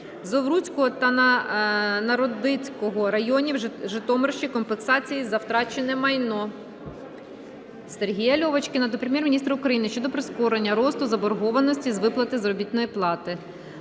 Овруцького та Народицького районів Житомирщини компенсації за втрачене майно. Сергія Льовочкіна до Прем'єр-міністра України щодо прискорення росту заборгованості з виплати заробітної плати.